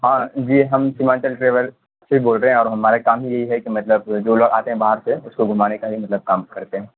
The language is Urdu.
ہاں جی ہم سیمانچل ٹریول سے بول رہے ہیں اور ہمارا کام یہی ہے کہ مطلب جو لوگ آتے ہیں باہر سے اس کو گھمانے کا ہی مطلب کام کرتے ہیں